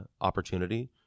opportunity